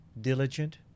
diligent